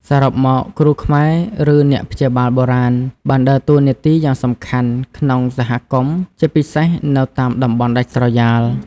សរុបមក គ្រូខ្មែរ ឬអ្នកព្យាបាលបុរាណ បានដើរតួនាទីយ៉ាងសំខាន់ក្នុងសហគមន៍ ជាពិសេសនៅតាមតំបន់ដាច់ស្រយាល។